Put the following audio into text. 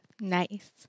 Nice